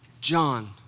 John